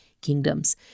kingdoms